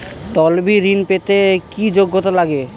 তলবি ঋন পেতে কি যোগ্যতা লাগে?